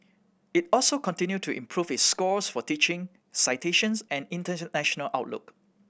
it also continued to improve its scores for teaching citations and international outlook